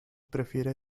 prefiere